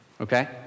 Okay